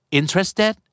interested